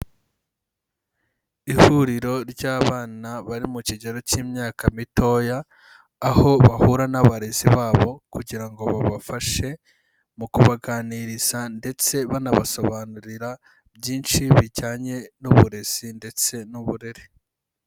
Ihuriro ry'abana bari mu kigero cy'imyaka mitoya, aho bahura n'abarezi babo kugira ngo babafashe mu kubaganiriza ndetse banabasobanurira byinshi bijyanye n'uburezi ndetse n'uburere.